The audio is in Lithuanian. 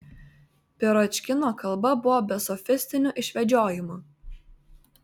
piročkino kalba buvo be sofistinių išvedžiojimų